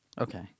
okay